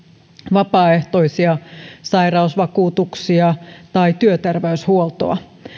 vapaaehtoisia sairausvakuutuksia tai työterveyshuoltoa